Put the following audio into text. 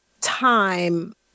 time